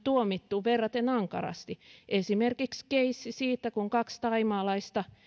tuomittu verraten ankarasti esimerkiksi keissi siitä kun kaksi thaimaalaista